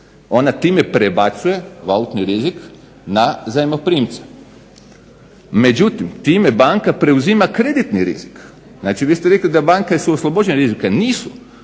Ona time prebacuje valutni rizik na zajmoprimca. Međutim time banka preuzima kreditni rizik. Znači vi ste rekli da banke su oslobođene rizika, nisu.